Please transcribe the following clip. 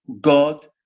God